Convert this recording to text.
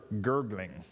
gurgling